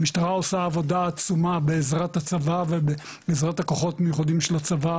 המשטרה עושה עבודה עצומה בעזרת הכוחות המיוחדים של הצבא,